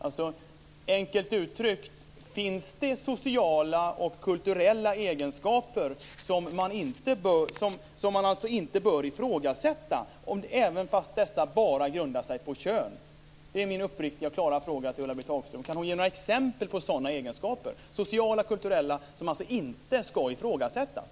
Enkelt uttryckt: Finns det sociala och kulturella egenskaper som man alltså inte bör ifrågasätta, även fast dessa bara grundar sig på kön? Det är min uppriktiga och klara fråga till Ulla-Britt Hagström. Kan hon ge några exempel på sociala och kulturella egenskaper som inte ska ifrågasättas?